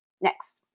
Next